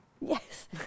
Yes